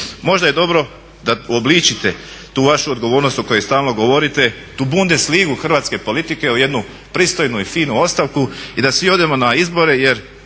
Možda je dobro da uobličite tu vašu odgovornost o kojoj stalno govorite, tu Bundesligu hrvatske politike u jednu pristojnu i finu ostavku i da svi odemo na izbore jer